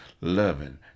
loving